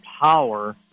power